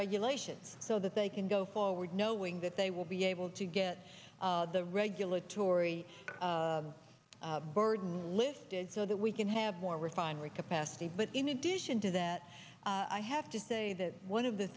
regulations so that they can go forward knowing that they will be able to get the regulatory burden lifted so that we can have more refinery capacity but in addition to that i have to say that one of the